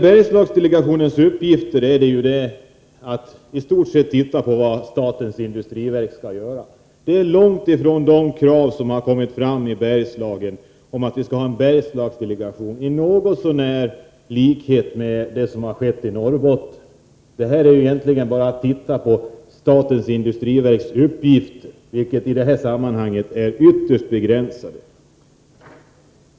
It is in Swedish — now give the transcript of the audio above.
Bergslagsdelegationens uppgifter är ju i stort sett att titta på vad statens industriverk skall göra. Detta är långt ifrån de krav som kommit fram i Bergslagen om att det skall finnas en Bergslagsdelegation i något så när likhet med vad som finns beträffande Norrbotten. Den här delegationen får bara titta på statens industriverks uppgifter, vilka i det här sammanhanget är ytterst begränsade.